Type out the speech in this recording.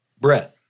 Brett